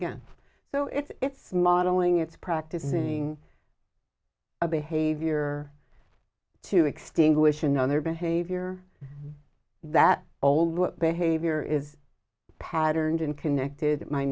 again so if it's modeling it's practicing a behavior to extinguish another behavior that old what behavior is patterned and connected my